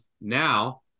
now